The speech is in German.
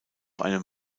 einem